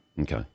Okay